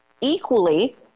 Equally